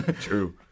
True